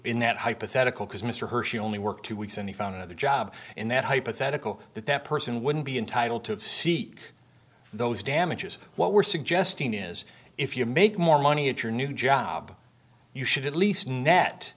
in that hypothetical because mr hershey only worked two weeks and he found another job in that hypothetical that that person wouldn't be entitled to seek those damages what we're suggesting is if you make more money at your new job you should at least